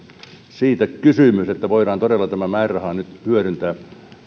siitä kysymys että voidaan todella tämä määräraha nyt hyödyntää